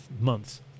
months